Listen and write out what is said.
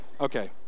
okay